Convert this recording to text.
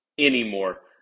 Anymore